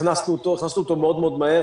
הכנסנו אותו מאוד מאוד מהר,